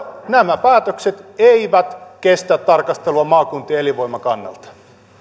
nämä päätökset eivät kestä tarkastelua maakuntien elinvoiman kannalta